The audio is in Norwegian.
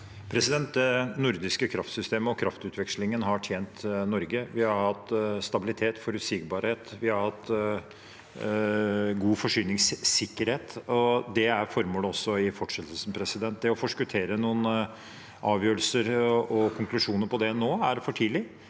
Det nordiske kraftsystemet og kraftutvekslingen har tjent Norge. Vi har hatt stabilitet og forutsigbarhet, vi har hatt god forsyningssikkerhet, og det er formålet også i fortsettelsen. Det å forskuttere noen avgjørelser og konklusjoner på det nå, er for tidlig.